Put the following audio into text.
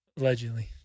Allegedly